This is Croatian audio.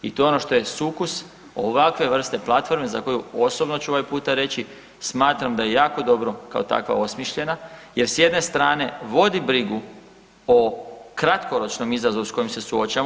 I to je ono što je sukus ovakve vrste platforme za koju osobno ću ovaj puta reći, smatram da je jako dobro kao takva osmišljena jer s jedne strane vodi brigu o kratkoročnom izazovu s kojim se suočavamo.